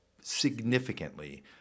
significantly